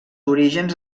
orígens